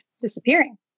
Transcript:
disappearing